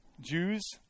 Jews